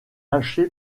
lâché